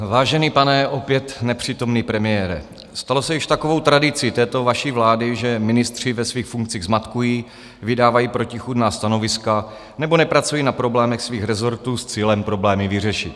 Vážený pane opět nepřítomný premiére, stalo se již takovou tradicí této vaší vlády, že ministři ve svých funkcích zmatkují, vydávají protichůdná stanoviska nebo nepracují na problémech svých rezortů s cílem problémy vyřešit.